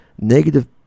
negative